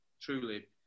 truly